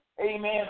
amen